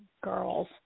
girls